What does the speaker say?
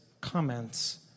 comments